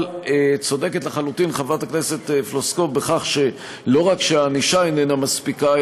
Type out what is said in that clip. אבל צודקת לחלוטין חברת הכנסת פלוסקוב בכך שלא רק שהענישה איננה מספיקה,